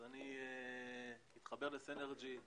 מתחבר לסינרג'י.